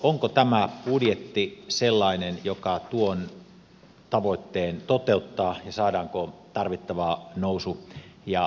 onko tämä budjetti sellainen joka tuon tavoitteen toteuttaa ja saadaanko tarvittava nousu ja muutos aikaan